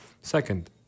Second